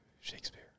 Shakespeare